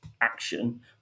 action